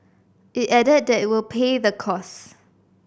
it added that it will pay the costs